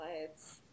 lights